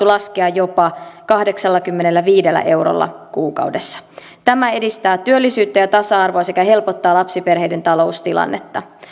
laskea jopa kahdeksallakymmenelläviidellä eurolla kuukaudessa tämä edistää työllisyyttä ja tasa arvoa sekä helpottaa lapsiperheiden taloustilannetta